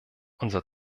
unser